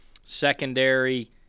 Secondary